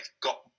got